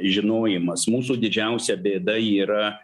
žinojimas mūsų didžiausia bėda yra